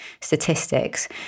statistics